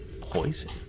Poison